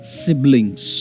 siblings